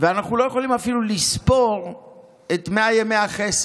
ואנחנו אפילו לא יכולים לספור את 100 ימי החסד.